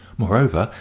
moreover,